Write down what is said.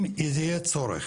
אם יהיה צורך